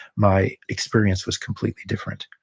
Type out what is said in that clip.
my experience was completely different.